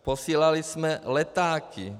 Posílali jsme letáky.